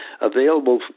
available